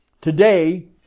Today